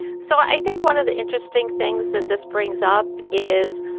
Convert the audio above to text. so i think one of the interesting things that this brings up is